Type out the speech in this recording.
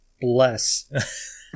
bless